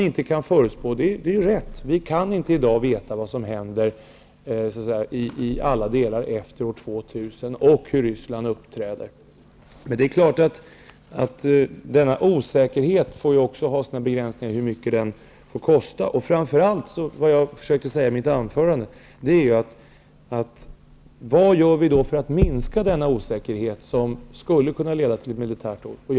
Det är riktigt att vi i dag inte kan veta vad som händer i alla delar efter år 2000 och hur Ryssland skall uppträda. Men denna osäkerhet får ha sina begränsningar i hur mycket den får kosta. I mitt anförande försökte jag framföra frågan om vad vi skall göra för att minska denna osäkerhet som skulle kunna leda till ett militärt hot.